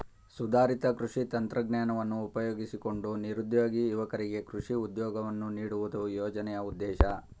ಸುಧಾರಿತ ಕೃಷಿ ತಂತ್ರಜ್ಞಾನವನ್ನು ಉಪಯೋಗಿಸಿಕೊಂಡು ನಿರುದ್ಯೋಗಿ ಯುವಕರಿಗೆ ಕೃಷಿ ಉದ್ಯೋಗವನ್ನು ನೀಡುವುದು ಯೋಜನೆಯ ಉದ್ದೇಶ